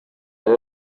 aya